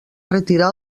retirar